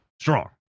Strong